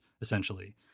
essentially